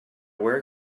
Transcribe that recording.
where